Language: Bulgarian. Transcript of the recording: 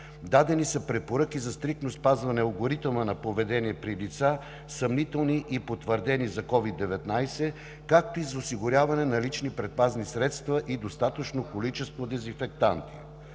Дадени са препоръки за стриктно спазване на алгоритъма на поведение при лица, съмнителни и потвърдени за COVID-19, както и за осигуряване на лични предпазни средства и достатъчно количество дезинфектанти.